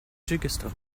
kyrgyzstan